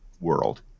world